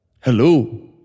Hello